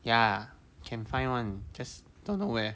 ya can find one just don't know where